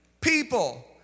people